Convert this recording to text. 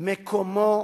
מקומו